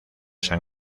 san